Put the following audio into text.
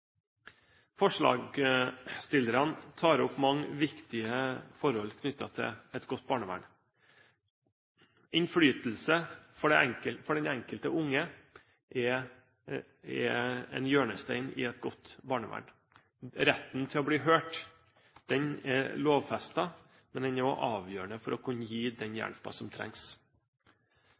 Forslagsstillerne tar opp mange viktige forhold knyttet til et godt barnevern. Innflytelse for den enkelte unge er en hjørnestein i et godt barnevern. Retten til å bli hørt er lovfestet, men den er også avgjørende for å kunne gi den hjelpen som trengs.